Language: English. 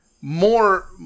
more